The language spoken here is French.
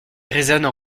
résonnent